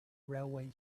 railway